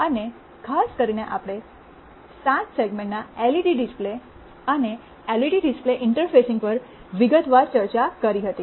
અને ખાસ કરીને આપણે 7 સેગમેન્ટના એલઇડી ડિસ્પ્લે અને એલસીડી ડિસ્પ્લે ઇન્ટરફેસિંગ પર વિગતવાર ચર્ચા કરી હતી